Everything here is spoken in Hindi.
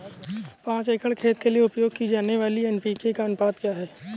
पाँच एकड़ खेत के लिए उपयोग की जाने वाली एन.पी.के का अनुपात क्या है?